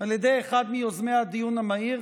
על ידי אחד מיוזמי הדיון המהיר,